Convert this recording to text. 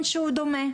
דומה.